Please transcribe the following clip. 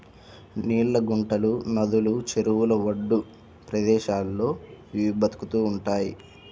నీళ్ళ గుంటలు, నదులు, చెరువుల ఒడ్డు ప్రదేశాల్లో ఇవి బతుకుతూ ఉంటయ్